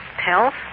Health